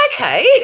okay